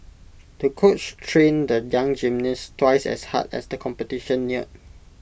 the coach trained the young gymnast twice as hard as the competition neared